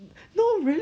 no really